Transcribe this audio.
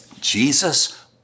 Jesus